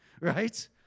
right